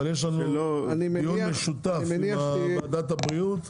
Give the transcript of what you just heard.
אבל יש לנו דיון משותף עם ועדת הבריאות.